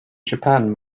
japan